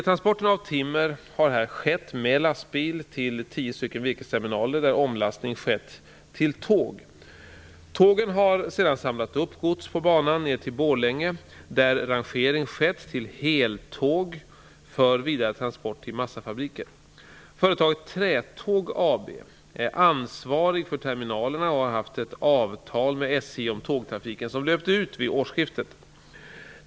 Transporterna av timmer har där skett med lastbil till tio stycken virkesterminaler där omlastning skett till tåg. Tågen har sedan samlat upp gods på banan ned till Borlänge där rangering skett till heltåg för vidare transport till massafabriker. Företaget Trätåg AB är ansvarigt för terminalerna och har haft ett avtal med SJ om tågtrafiken som löpte ut vid årsskiftet.